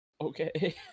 Okay